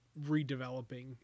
redeveloping